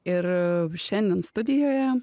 ir šiandien studijoje